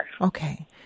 Okay